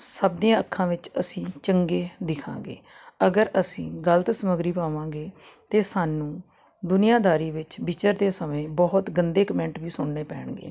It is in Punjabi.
ਸਭ ਦੀਆਂ ਅੱਖਾਂ ਵਿੱਚ ਅਸੀਂ ਚੰਗੇ ਦਿਖਾਂਗੇ ਅਗਰ ਅਸੀਂ ਗਲਤ ਸਮੱਗਰੀ ਪਾਵਾਂਗੇ ਤਾਂ ਸਾਨੂੰ ਦੁਨੀਆਂਦਾਰੀ ਵਿੱਚ ਵਿਚਰਦੇ ਸਮੇਂ ਬਹੁਤ ਗੰਦੇ ਕਮੈਂਟ ਵੀ ਸੁਣਨੇ ਪੈਣਗੇ